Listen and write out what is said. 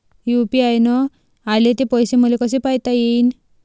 UPI न आले ते पैसे मले कसे पायता येईन?